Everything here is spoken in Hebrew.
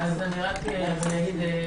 קודם כל,